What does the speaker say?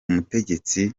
mutegetsi